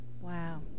Wow